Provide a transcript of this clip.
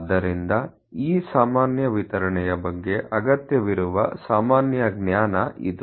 ಆದ್ದರಿಂದ ಈ ಸಾಮಾನ್ಯ ವಿತರಣೆಯ ಬಗ್ಗೆ ಅಗತ್ಯವಿರುವ ಸಾಮಾನ್ಯ ಜ್ಞಾನ ಇದು